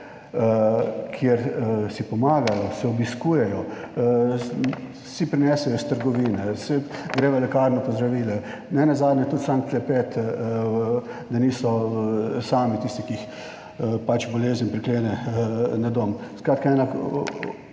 kjer si pomagajo, se obiskujejo, si prinesejo iz trgovine, saj, gredo v lekarno po zdravila, nenazadnje tudi sam klepet, da niso sami tisti, ki jih pač bolezen priklene na dom.